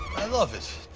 i love this.